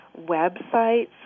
websites